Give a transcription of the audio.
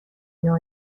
معنا